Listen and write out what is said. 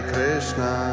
Krishna